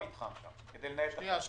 יש מקום מי אחראי עליו?